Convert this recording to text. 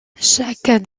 chaque